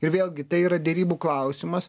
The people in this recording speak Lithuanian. ir vėlgi tai yra derybų klausimas